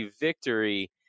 victory